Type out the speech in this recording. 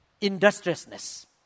industriousness